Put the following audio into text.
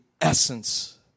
essence